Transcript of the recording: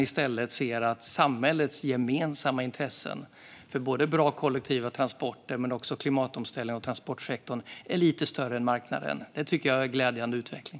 I stället ser man att samhällets gemensamma intressen för både bra kollektiva transporter och klimatomställningen av transportsektorn är lite större än marknaden. Det är en glädjande utveckling.